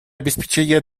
обеспечения